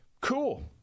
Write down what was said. cool